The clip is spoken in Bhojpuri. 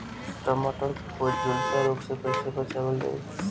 टमाटर को जुलसा रोग से कैसे बचाइल जाइ?